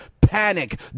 panic